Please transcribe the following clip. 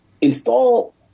install